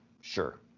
sure